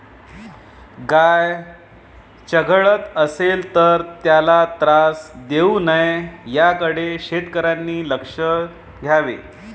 गाय चघळत असेल तर त्याला त्रास देऊ नये याकडे शेतकऱ्यांनी लक्ष द्यावे